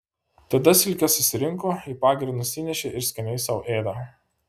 tada silkes susirinko į pagirį nusinešė ir skaniai sau ėda